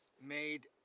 made